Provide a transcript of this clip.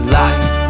life